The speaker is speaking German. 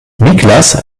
niklas